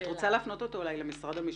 את רוצה להפנות אותה למשרד המשפטים?